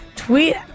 Tweet